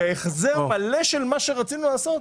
זה החזר מלא של מה שרצינו לעשות,